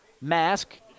mask